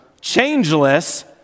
changeless